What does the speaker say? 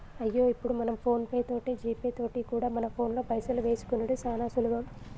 అయ్యో ఇప్పుడు మనం ఫోన్ పే తోటి జీపే తోటి కూడా మన ఫోన్లో పైసలు వేసుకునిడు సానా సులభం